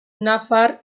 nafar